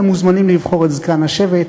והם מוזמנים לבחור את זקן השבט.